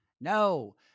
No